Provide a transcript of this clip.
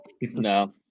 No